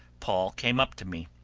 paul came up to me.